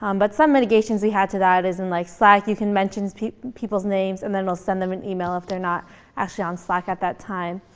um but some mitigations we had to that is, in like slack, you can mention people's names, and then it'll send them an email if they're not actually on slack at that time.